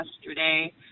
yesterday